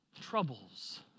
Troubles